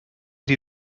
die